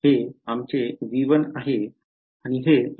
हे आमचे V1 हे आहे आणि हे v2